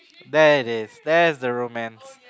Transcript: there it is there is the romance